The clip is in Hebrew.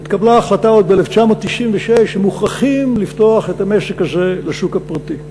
התקבלה החלטה עוד ב-1996 שמוכרחים לפתוח את המשק הזה לשוק הפרטי,